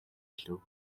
хэлэв